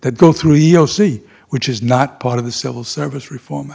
that go through you know see which is not part of the civil service reform